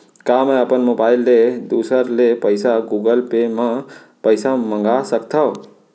का मैं अपन मोबाइल ले दूसर ले पइसा गूगल पे म पइसा मंगा सकथव?